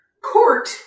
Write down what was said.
court